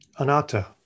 Anatta